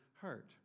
heart